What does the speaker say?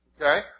Okay